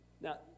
Now